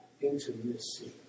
intimacy